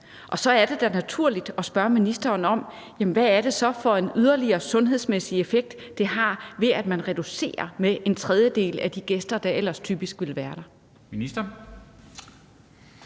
og så er det da naturligt at spørge ministeren om, hvad det er for en yderligere sundhedsmæssig effekt, det har, at man reducerer med en tredjedel af de gæster, der ellers typisk ville være der.